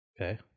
Okay